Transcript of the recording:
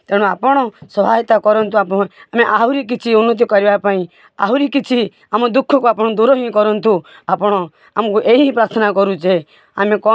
ତେଣୁ ଆପଣ ସହାୟତା କରନ୍ତୁ ଆମେ ଆହୁରି କିଛି ଉନ୍ନତି କରିବା ପାଇଁ ଆହୁରି କିଛି ଆମ ଦୁଃଖକୁ ଆପଣ ଦୂର ହିଁ କରନ୍ତୁ ଆପଣ ଆମକୁ ଏହି ପ୍ରାର୍ଥନା କରୁଛେ ଆମେ